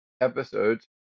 episodes